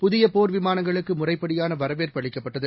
புதியபோர் விமானங்களுக்குமுறைப்படியானவரவேற்பு அளிக்கப்பட்டது